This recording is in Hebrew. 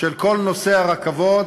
של כל נושא הרכבות,